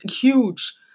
huge